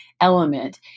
element